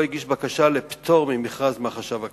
הגיש בקשה לפטור ממכרז מהחשב הכללי.